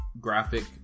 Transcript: graphic